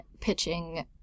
pitching